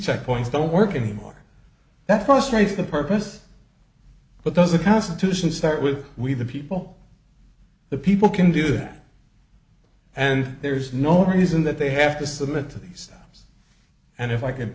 checkpoints don't work anymore that frustrates the purpose but does a constitution start with we the people the people can do that and there's no reason that they have to submit to the stuff and if i c